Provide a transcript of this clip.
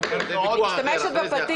אני משתמשת בפטיש.